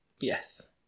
Yes